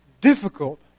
Difficult